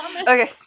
Okay